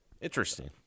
Interesting